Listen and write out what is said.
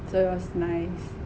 so it's was nice